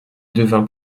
devint